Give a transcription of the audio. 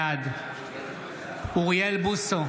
בעד אוריאל בוסו,